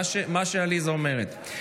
מה שעליזה אומרת.